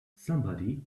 somebody